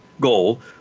goal